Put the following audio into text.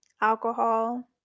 alcohol